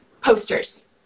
posters